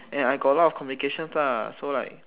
and I got a lot of complications lah so like